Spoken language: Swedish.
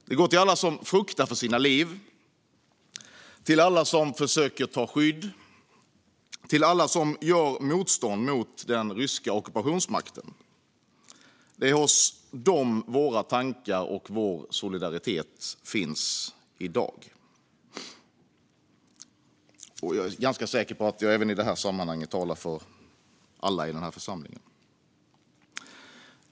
De går till alla som fruktar för sitt liv, till alla som försöker att ta skydd och till alla som gör motstånd mot den ryska ockupationsmakten. Det är hos dem våra tankar och vår solidaritet finns i dag. Jag är ganska säker på att jag även i detta sammanhang talar för alla i den här församlingen.